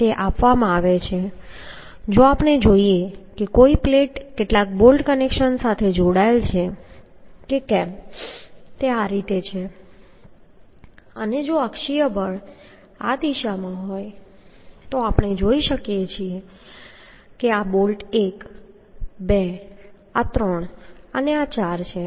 તે આપવામાં આવે છે જો આપણે જોઈએ કે કોઈ પ્લેટ કેટલાક બોલ્ટ કનેક્શન સાથે જોડાયેલ છે કે કેમ તે આ રીતે છે અને જો અક્ષીય બળ આ દિશામાં હોય તો આપણે જોઈ શકીએ છીએ કે આ બોલ્ટ 1 2 આ 3 છે આ 4 છે